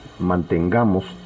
mantengamos